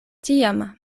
tiam